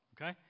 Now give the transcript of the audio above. okay